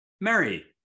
Mary